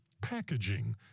packaging